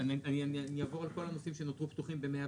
אני אעבור על כל הנושאים שנותרו פתוחים ב-107.